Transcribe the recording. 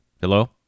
Hello